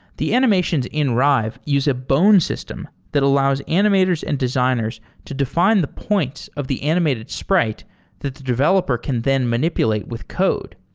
the animations in rive use a bone system that allows animators and designers to define the points of the animated sprite that the developer can then manipulate with code.